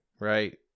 right